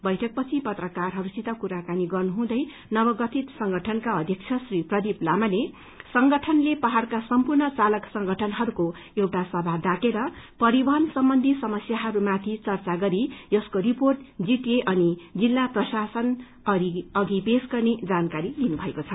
बैठकपछि पत्राकारहस्सित कुराकानी गर्नुहँदै नवगठित संगठनका अध्यक्ष श्री प्रदीप लामाले बाताउनुभयो संगठनले पहाउ़का सम्पूर्ण चालक संगठनहरू एउटा सभा डाकेर परिवहन सम्बन्धी समस्याहरू माथि चर्चा गरि यसको रिर्पोट जीटिए अनि जिल्ल प्रशासन अघि पेश गर्ने जानकारी दिएका छन्